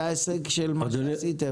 זה ההישג של מה שעשיתם.